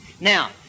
Now